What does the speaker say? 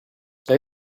they